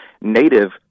native